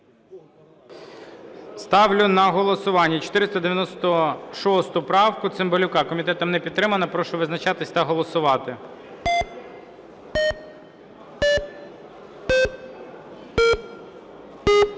Ставлю на голосування 496 правку Цимбалюка. Комітетом не підтримана. Прошу визначатись та голосувати.